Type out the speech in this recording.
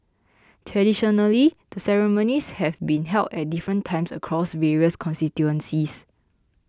traditionally the ceremonies have been held at different times across various constituencies